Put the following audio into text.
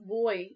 boy